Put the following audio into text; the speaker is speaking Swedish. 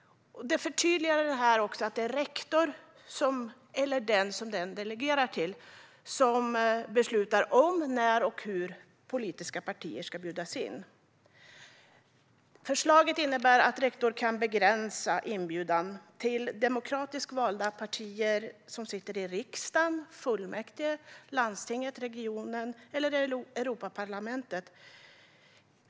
Det förtydligas också att det är rektorn eller den rektorn delegerar till som beslutar om, när och hur politiska partier ska bjudas in. Förslaget innebär att rektorn kan begränsa inbjudan till demokratiskt valda partier som sitter i riksdag, fullmäktige, landsting, region eller Europaparlamentet.